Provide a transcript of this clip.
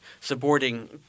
supporting